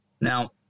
Now